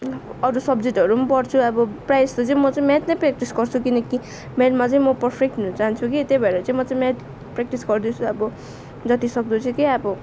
अरू सब्जेक्टहरू पनि पढ्छु अब प्रायः जस्तो चाहिँ म चाहिँ म्याथ नै प्र्याक्टिस गर्छु किनकि म्याथमा चाहिँ म पर्फेक्ट हुन चाहन्छु कि त्यही भएर चाहिँ म चाहिँ म्याथ प्र्याक्टिस गर्दैछु अब जति सक्दो चाहिँ क्या अब